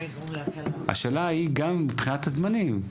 השאלה היא גם מבחינת הזמנים.